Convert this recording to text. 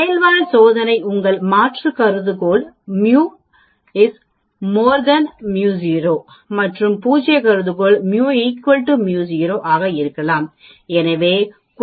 மேல் வால் சோதனையாக உங்கள் மாற்று கருதுகோள் μ μ 0 மற்றும் பூஜ்ய கருதுகோள் μ μ 0 ஆக இருக்கலாம்